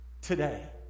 today